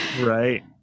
Right